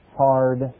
hard